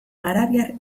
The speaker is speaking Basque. arabiar